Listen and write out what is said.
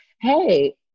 Hey